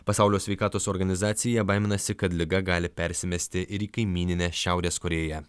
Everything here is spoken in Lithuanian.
pasaulio sveikatos organizacija baiminasi kad liga gali persimesti ir į kaimyninę šiaurės korėją